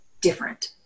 different